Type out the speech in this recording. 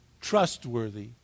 trustworthy